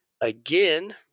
again